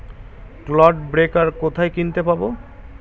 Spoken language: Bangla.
ক্লড ব্রেকার কোথায় কিনতে পাব?